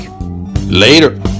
Later